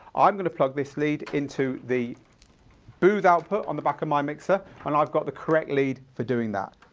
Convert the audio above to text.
i'm going to plug this lead into the booth output on the back of my mixer, and i've got the correct lead for doing that.